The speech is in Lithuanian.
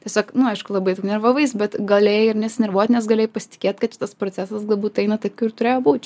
tiesiog nu aišku labai tu nervavais bet galėjai ir nesinervuot nes galėjai pasitikėt kad šitas procesas galbūt eina taip kaip ir turėjo būt